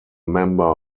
member